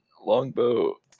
Longbow